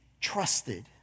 trusted